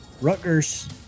Rutgers